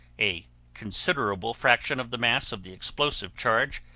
a considerable fraction of the mass of the explosive charge,